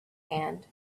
hand